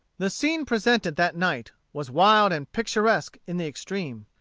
the scene presented that night was wild and picturesque in the extreme.